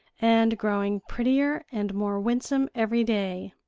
and growing prettier and more winsome every day.